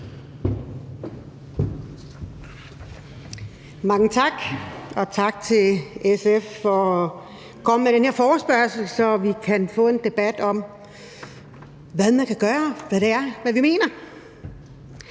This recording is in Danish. Mange tak, og tak til SF for at komme med den her forespørgsel, så vi kan få en debat om, hvad man kan gøre, og hvad det er, vi mener.